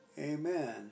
amen